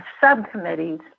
subcommittees